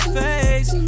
face